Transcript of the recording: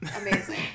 Amazing